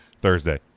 Thursday